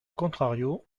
contrario